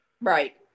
Right